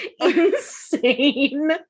insane